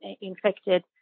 infected